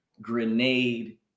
grenade